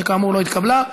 שכאמור לא התקבלה.